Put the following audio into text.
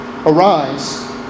Arise